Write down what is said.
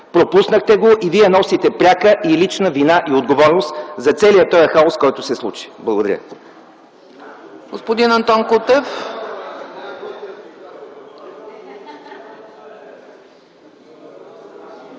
Пропуснахте го и Вие носите пряка и лична вина и отговорност за целия този хаос, който се случи. Благодаря.